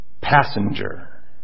passenger